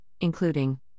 including